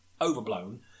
overblown